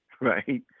right